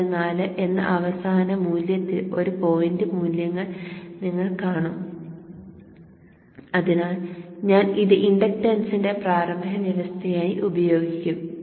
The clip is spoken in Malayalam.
19444 എന്ന അവസാന മൂല്യത്തിൽ ഒരു പോയിന്റ് മൂല്യങ്ങൾ നിങ്ങൾ കാണും അതിനാൽ ഞാൻ ഇത് ഇൻഡക്റ്റൻസിന്റെ പ്രാരംഭ വ്യവസ്ഥയായി ഉപയോഗിക്കും